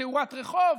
תאורת רחוב,